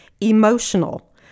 emotional